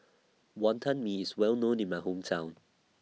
Wantan Mee IS Well known in My Hometown